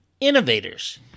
innovators